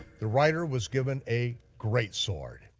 the rider was given a great sword.